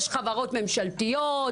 יש חברות ממשלתיות,